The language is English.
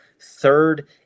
Third